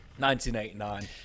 1989